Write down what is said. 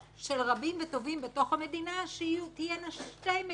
רבים וטובים בתוך המדינה שתהיינה שתי מדינות,